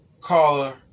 caller